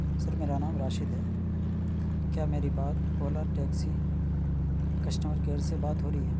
سر میرا نام راشد ہے کیا میری بات اولا ٹیکسی کسٹمر کیئر سے بات ہو رہی ہے